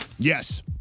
Yes